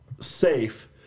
safe